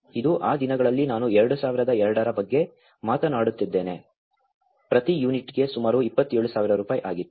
ಇದು ಆ ದಿನಗಳಲ್ಲಿ ನಾನು 2002 ರ ಬಗ್ಗೆ ಮಾತನಾಡುತ್ತಿದ್ದೇನೆ ಪ್ರತಿ ಯೂನಿಟ್ಗೆ ಸುಮಾರು 27000 ರೂ ಆಗಿತ್ತು